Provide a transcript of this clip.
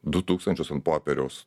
du tūkstančius ant popieriaus